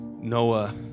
Noah